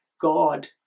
God